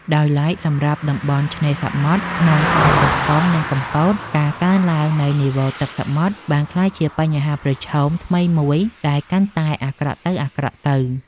ដោយឡែកសម្រាប់តំបន់ឆ្នេរសមុទ្រក្នុងខេត្តកោះកុង និងកំពត ការកើនឡើងនៃនីវ៉ូទឹកសមុទ្របានក្លាយជាបញ្ហាប្រឈមថ្មីមួយដែលកាន់តែអាក្រក់ទៅៗ។